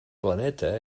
planeta